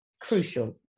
crucial